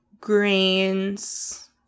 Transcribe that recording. grains